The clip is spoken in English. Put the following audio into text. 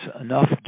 enough